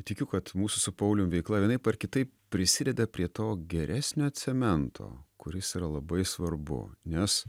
tikiu kad mūsų su paulium veikla vienaip ar kitaip prisideda prie to geresnio cemento kuris yra labai svarbu nes